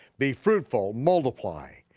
be fruitful, multiply,